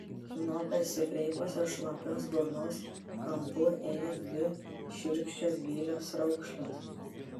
nuo persikreipusios šlapios burnos kampų ėjo dvi šiurkščios gilios raukšlės